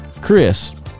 Chris